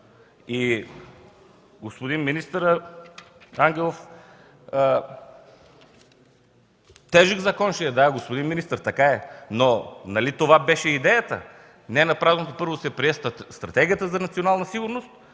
следствие. Министър Ангелов, тежък закон е това, да, господин министър, така е, но нали такава беше идеята? Ненапразно първо се прие Стратегията за национална сигурност,